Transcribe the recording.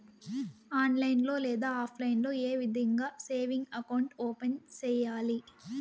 online లో లేదా offline లో ఏ విధంగా సేవింగ్ అకౌంట్ ఓపెన్ సేయాలి